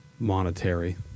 Monetary